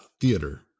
theater